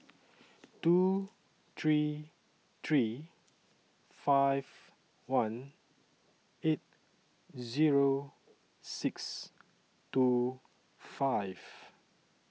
two three three five one eight Zero six two five